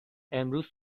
امروز